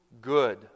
good